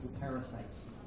parasites